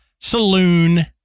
saloon